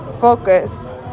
Focus